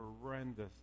horrendous